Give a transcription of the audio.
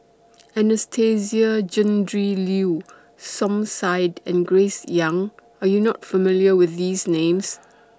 Anastasia Tjendri Liew Som Said and Grace Young Are YOU not familiar with These Names